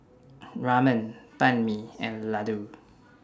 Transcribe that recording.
Ramen Banh MI and Ladoo